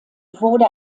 wurde